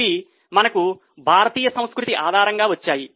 అవి మనకు భారతీయ సంస్కృతి ఆధారంగా వచ్చాయి